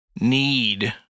need